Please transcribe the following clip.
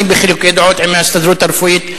אני בחילוקי דעות עם ההסתדרות הרפואית,